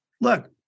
look